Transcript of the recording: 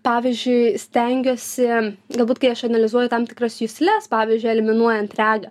pavyzdžiui stengiuosi galbūt kai aš analizuoju tam tikras jusles pavyzdžiui eliminuojant regą